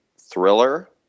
thriller